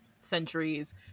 centuries